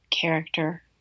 character